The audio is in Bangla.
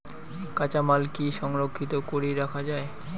কাঁচামাল কি সংরক্ষিত করি রাখা যায়?